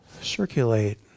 circulate